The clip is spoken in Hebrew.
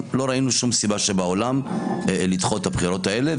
לא ראינו שום סיבה בעולם לדחות את הבחירות האלה,